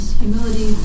humility